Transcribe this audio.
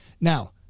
Now